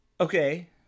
okay